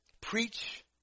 Preach